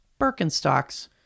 Birkenstocks